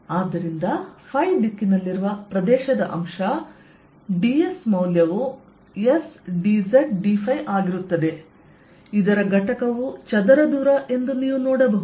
ಆದ್ದರಿಂದ ϕ ದಿಕ್ಕಿನಲ್ಲಿರುವ ಪ್ರದೇಶದ ಅಂಶ ds ಮೌಲ್ಯವು S dz dϕ ಆಗಿರುತ್ತದೆ ಇದರ ಘಟಕವು ಚದರ ದೂರ ಎಂದು ನೀವು ನೋಡಬಹುದು